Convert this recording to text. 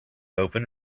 open